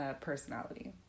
personality